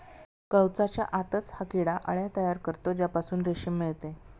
कवचाच्या आतच हा किडा अळ्या तयार करतो ज्यापासून रेशीम मिळते